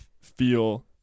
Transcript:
feel